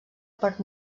per